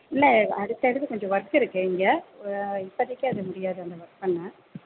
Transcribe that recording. இல்லை அடுத்தடுத்து கொஞ்சம் ஒர்க் இருக்குது இங்கே இப்பதைக்கி அது முடியாதுங்க ஒர்க் பண்ண